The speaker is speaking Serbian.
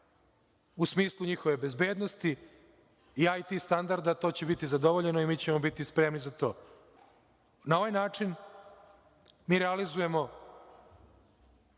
u smislu njihove bezbednosti i IT standarda, to će biti zadovoljeno i mi ćemo biti spremni za to. Na ovaj način, mi realizujemo